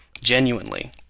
genuinely